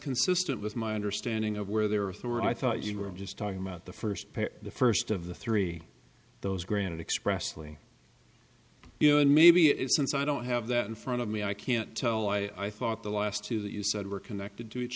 consistent with my understanding of where there are three i thought you were just talking about the first pair the first of the three those granted expressly you know and maybe it is since i don't have that in front of me i can't tell i thought the last two that you said were connected to each